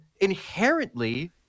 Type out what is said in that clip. inherently